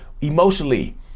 Emotionally